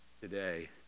today